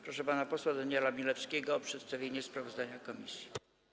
Proszę pana posła Daniela Milewskiego o przedstawienie dodatkowego sprawozdania komisji.